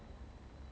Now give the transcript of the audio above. mm